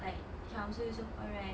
like Syamsul Yusof all right